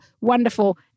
wonderful